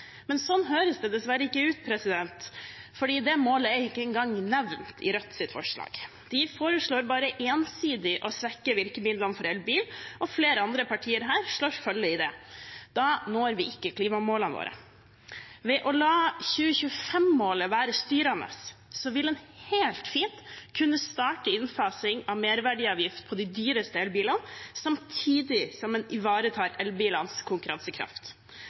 men sånn høres det dessverre ikke ut, for det målet er ikke engang nevnt i Rødts forslag. De foreslår bare ensidig å svekke virkemidlene for elbil, og flere andre partier her slår følge når det gjelder det. Da når vi ikke klimamålene våre. Ved å la 2025-målet være styrende vil en helt fint kunne starte innfasing av merverdiavgift på de dyreste elbilene samtidig som en ivaretar elbilenes konkurransekraft.